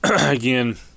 again